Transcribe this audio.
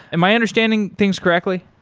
am i understanding things correctly?